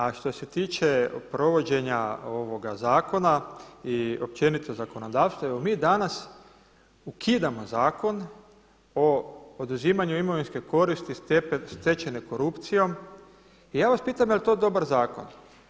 A što se tiče provođenje ovoga zakona i općenito zakonodavstva, evo mi danas ukidamo Zakon o oduzimanju imovinske koristi stečene korupcijom i ja vas pitam jel' to dobar zakon?